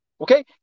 okay